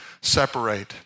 separate